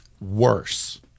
worse